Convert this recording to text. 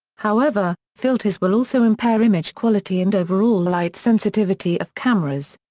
however, filters will also impair image quality and overall light sensitivity of cameras.